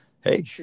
Hey